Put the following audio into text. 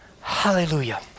Hallelujah